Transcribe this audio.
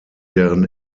deren